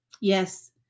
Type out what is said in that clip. Yes